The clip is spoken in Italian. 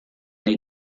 nei